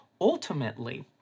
ultimately